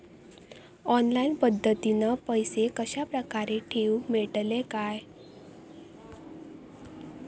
Online पद्धतीन पैसे कश्या प्रकारे ठेऊक मेळतले काय?